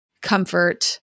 comfort